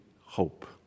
hope